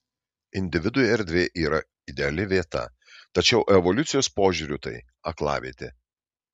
individui erdvė yra ideali vieta tačiau evoliucijos požiūriu tai aklavietė